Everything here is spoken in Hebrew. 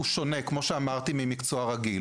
שונה ממקצוע רגיל.